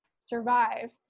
survive